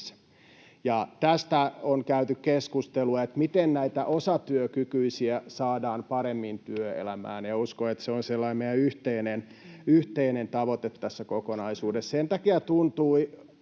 Tästä on käyty keskustelua, miten näitä osatyökykyisiä saadaan paremmin työelämään, ja uskon, että se on meidän yhteinen tavoitteemme tässä kokonaisuudessa.